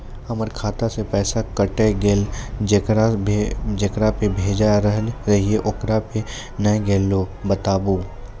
हमर खाता से पैसा कैट गेल जेकरा पे भेज रहल रहियै ओकरा पे नैय गेलै बताबू?